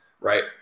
right